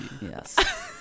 Yes